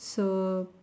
so